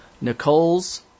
Nicole's